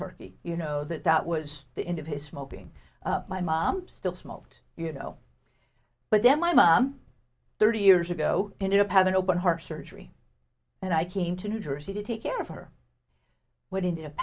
turkey you know that that was the end of his smoking my mom still smoked you know but then my mom thirty years ago ended up have an open heart surgery and i came to new jersey to take care of her what ind